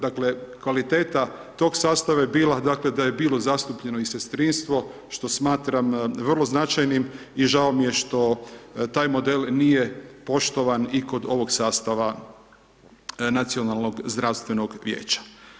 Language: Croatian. Dakle, kvaliteta tog sastava je bila, dakle, da je bilo zastupljeno i sestrinstvo, što smatram vrlo značajnim i žao mi je što taj model nije poštovan i kod ovog sastava Nacionalnog zdravstvenog vijeća.